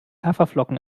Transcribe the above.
haferflocken